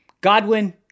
Godwin